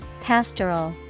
Pastoral